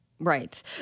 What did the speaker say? Right